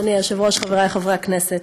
אדוני היושב-ראש, חברי חברי הכנסת,